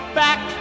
back